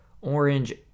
Orange